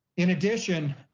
in addition,